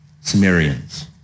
Sumerians